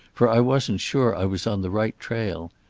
for i wasn't sure i was on the right trail.